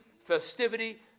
festivity